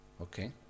Okay